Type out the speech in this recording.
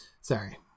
Sorry